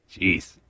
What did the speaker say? Jeez